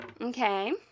okay